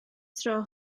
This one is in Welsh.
tro